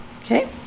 Okay